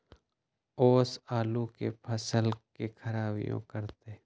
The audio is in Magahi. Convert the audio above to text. ओस आलू के फसल के खराबियों करतै?